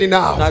now